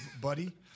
buddy